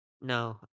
No